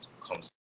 comes